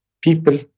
people